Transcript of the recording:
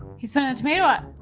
he's putting a tomato up!